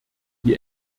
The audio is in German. die